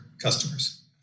customers